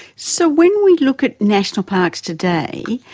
so when we look at national parks today,